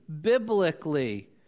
biblically